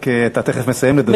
רק, אתה תכף מסיים לדבר.